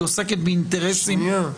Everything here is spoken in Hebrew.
היא עוסקת באינטרסים --- שנייה.